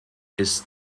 ist